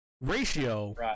Ratio